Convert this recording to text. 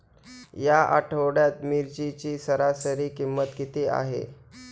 या आठवड्यात मिरचीची सरासरी किंमत किती आहे?